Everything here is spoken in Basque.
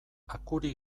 akuri